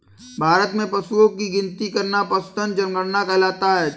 भारत में पशुओं की गिनती करना पशुधन जनगणना कहलाता है